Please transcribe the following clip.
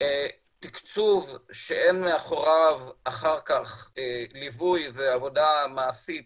תקצוב שאין מאחוריו אחר כך ליווי ועבודה מעשית